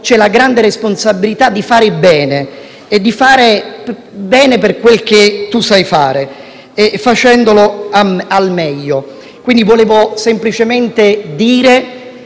c'è la grande responsabilità di fare bene e di fare bene per quel che si sa fare, e facendolo al meglio. In conclusione, voglio semplicemente dire